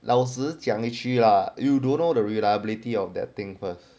老实讲的一句 lah you don't know the reliability of that thing first